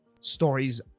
stories